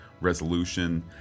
resolution